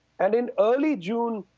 and in early june,